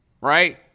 right